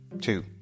two